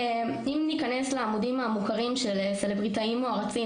אם ניכנס לעמודים המוכרים של סלבריטאים מוערצים,